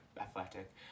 athletic